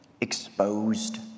exposed